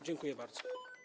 Dziękuję bardzo.